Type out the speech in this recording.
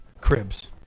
cribs